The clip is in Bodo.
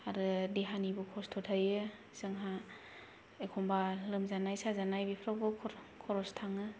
आरो देहानिबो खस्त' थायो जोंहा एखनबा लोमजानाय साजानाय बेफोरावबो खरस थाङो